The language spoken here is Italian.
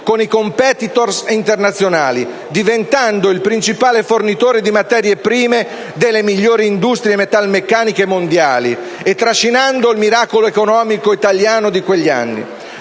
con i *competitor* internazionali, diventando il principale fornitore di materie prime delle migliori industrie metalmeccaniche mondiali e trascinando il miracolo economico italiano di quegli anni.